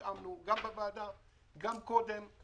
התאמנו גם בוועדה וגם קודם.